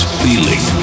feeling